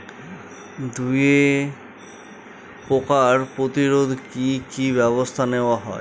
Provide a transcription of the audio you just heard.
দুয়ে পোকার প্রতিরোধে কি কি ব্যাবস্থা নেওয়া হয়?